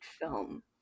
film